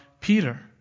Peter